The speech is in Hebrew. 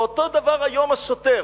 ואותו דבר היום, השוטר.